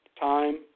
time